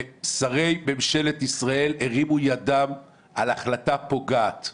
ושרי ממשלת ישראל הרימו ידם על ההחלטה הפוגעת.